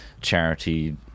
charity